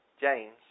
James